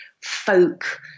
folk